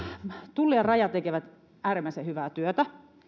tulli ja raja tekevät äärimmäisen hyvää työtä